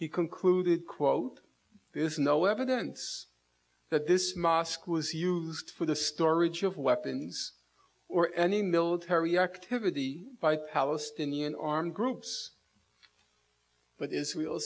he concluded quote there is no evidence that this mosque was used for the storage of weapons or any military activity by palestinian armed groups but israel